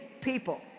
people